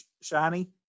shiny